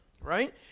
right